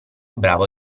bravo